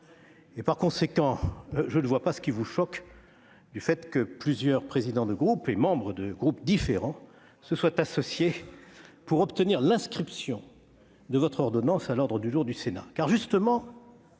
Par conséquent, je ne vois pas ce qui vous choque dans le fait que plusieurs présidents et membres de groupes différents se soient associés pour obtenir l'inscription de la ratification de votre ordonnance à l'ordre du jour du Sénat.